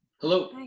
Hello